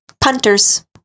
Punters